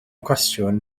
cwestiwn